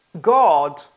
God